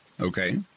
Okay